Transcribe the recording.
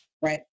right